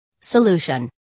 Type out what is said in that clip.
solution